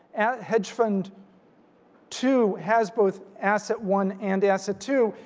hedge fund two has both asset one and asset two.